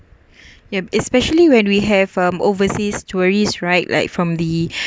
ya especially when we have from overseas tourists right like from the